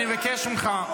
אני מבקש ממך.